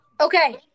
Okay